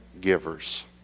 givers